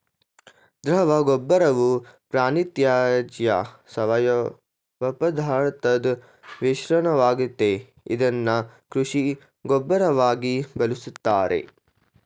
ದ್ರವಗೊಬ್ಬರವು ಪ್ರಾಣಿತ್ಯಾಜ್ಯ ಸಾವಯವಪದಾರ್ಥದ್ ಮಿಶ್ರಣವಾಗಯ್ತೆ ಇದ್ನ ಕೃಷಿ ಗೊಬ್ಬರವಾಗಿ ಬಳುಸ್ತಾರೆ